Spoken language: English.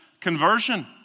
conversion